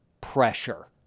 pressure